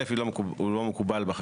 ראשית, הוא לא מקובל בחקיקה,